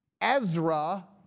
Ezra